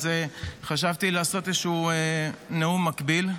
אז חשבתי לעשות איזשהו נאום מקביל,